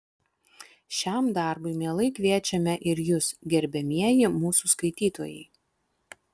šiam darbui mielai kviečiame ir jus gerbiamieji mūsų skaitytojai